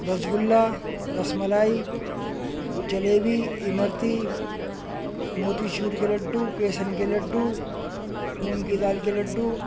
رس گلا rasmalai jalebi imarti motichoor کے لڈو بیسن کے لڈو مونگ کی دال کے لڈو